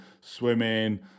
swimming